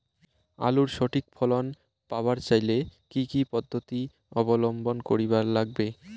আলুর সঠিক ফলন পাবার চাইলে কি কি পদ্ধতি অবলম্বন করিবার লাগবে?